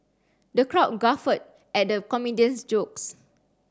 the crowd guffawed at the comedian's jokes